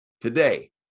today